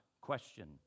question